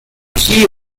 she